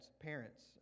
parents